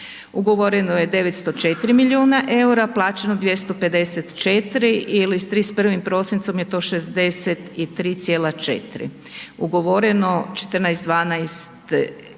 ugovoreno je 904 milijuna EUR-a, plaćeno 254 ili s 31. prosincom je to 63,4 ugovoreno 14,12